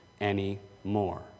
anymore